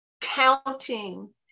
counting